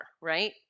right